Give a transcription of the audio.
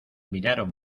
miraron